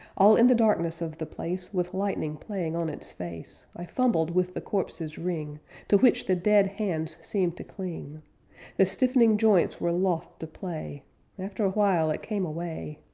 all in the darkness of the place with lightning playing on its face, i fumbled with the corpse's ring to which the dead hands seemed to cling the stiffening joints were loth to play after awhile it came away!